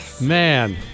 man